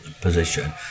position